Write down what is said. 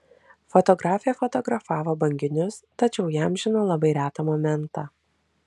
fotografė fotografavo banginius tačiau įamžino labai retą momentą